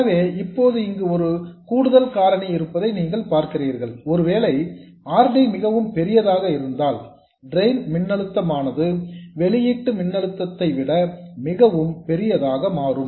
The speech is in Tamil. எனவே இப்போது இங்கு ஒரு கூடுதல் காரணி இருப்பதை நீங்கள் பார்க்கிறீர்கள் ஒருவேளை R D மிகவும் பெரியதாக இருந்தால் டிரெயின் மின்னழுத்தமானது வெளியீடு மின்னழுத்தத்தை விட மிகவும் பெரியதாக மாறும்